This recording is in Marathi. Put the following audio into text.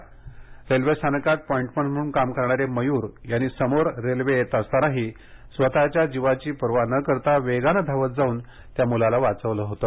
वांगणी रेल्वेस्थानकात पॉइंटमन म्हणून काम करणारे मयूर यांनी समोरून रेल्वे येत असतानाही स्वतःच्या जीवाची पर्वा न करता वेगानं धावत जाऊन त्या मुलाला वाचवलं होतं